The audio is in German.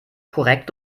korrekt